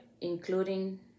including